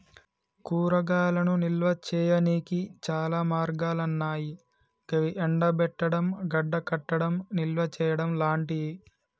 కూరగాయలను నిల్వ చేయనీకి చాలా మార్గాలన్నాయి గవి ఎండబెట్టడం, గడ్డకట్టడం, నిల్వచేయడం లాంటియి